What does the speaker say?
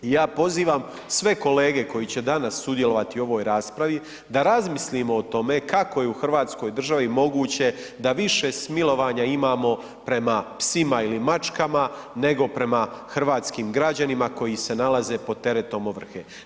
Ja pozivam sve kolege koji će danas sudjelovati u ovoj raspravi da razmislimo o tome kako je u Hrvatskoj državi moguće da više smilovanja imamo prema psima ili mačkama nego prema hrvatskim građanima koji se nalaze pod teretom ovrhe.